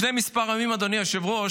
לפני כמה ימים, אדוני היושב-ראש,